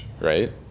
right